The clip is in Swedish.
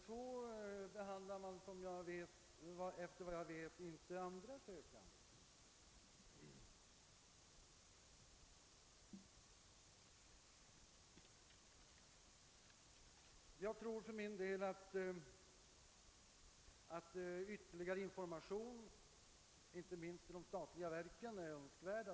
Så behandlas efter vad jag vet inte andra sökande. Ytterligare information, inte minst till de statliga verken, är önskvärd.